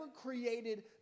created